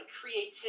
creativity